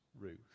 Ruth